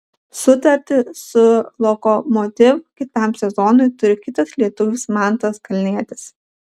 sutartį su lokomotiv kitam sezonui turi kitas lietuvis mantas kalnietis